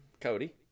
Cody